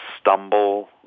stumble